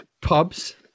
Pubs